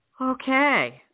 Okay